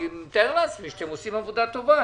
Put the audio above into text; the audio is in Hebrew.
אני מתאר לעצמי שאתם עושים עבודה טובה.